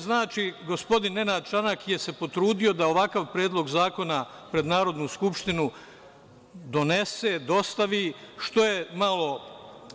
Znači, gospodin Nenad Čanak se potrudio da ovakav predlog zakona pred Narodnu skupštinu donese, dostavi, što je malo